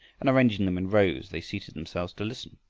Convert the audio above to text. and arranging them in rows they seated themselves to listen.